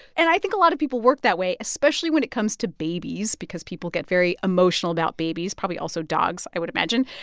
and i think a lot of people work that way, especially when it comes to babies because people get very emotional about babies probably also dogs, i would imagine.